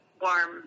warm